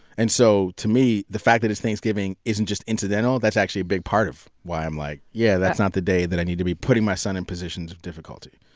and so to me the fact that it's thanksgiving isn't just incidental. that's actually a big part of why i'm like, yeah, that's not the day that i need to be putting my son in positions of difficulty.